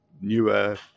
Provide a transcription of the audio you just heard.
newer